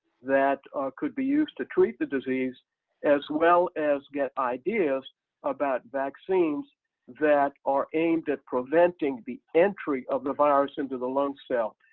that could be used to treat the disease as well as get ideas about vaccines that are aimed at preventing the entry of the virus into the lung cell.